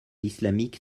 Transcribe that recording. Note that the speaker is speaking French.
islamique